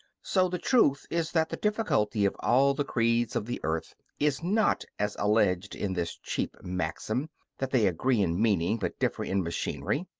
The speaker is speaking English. so the truth is that the difficulty of all the creeds of the earth is not as alleged in this cheap maxim that they agree in meaning, but differ in machinery.